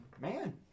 Man